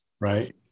Right